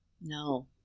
No